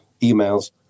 emails